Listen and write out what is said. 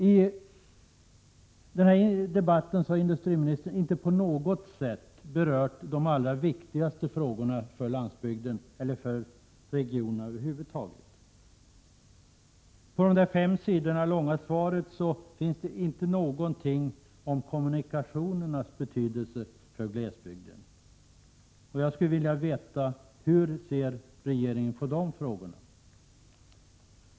I den här debatten har industriministern inte på något sätt berört de allra viktigaste frågorna för landsbygden eller de utsatta regionerna över huvud taget. I det fem sidor långa svaret finns det inte någonting om kommunikationernas betydelse för glesbygden. Jag skulle vilja veta hur regeringen ser på de frågorna.